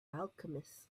alchemist